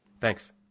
Thanks